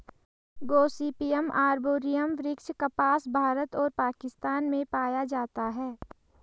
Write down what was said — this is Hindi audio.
गॉसिपियम आर्बोरियम वृक्ष कपास, भारत और पाकिस्तान में पाया जाता है